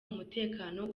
mutekano